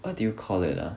what do you call it ah